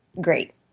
great